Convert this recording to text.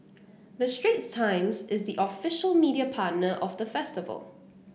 the Straits Times is the official media partner of the festival